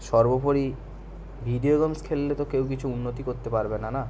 সর্বোপরি video games খেললে তো কেউ কিছু উন্নতি করতে পারবে না না